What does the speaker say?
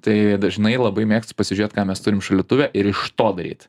tai dažnai labai mėgstu pasižiūrėt ką mes turim šaldytuve ir iš to daryt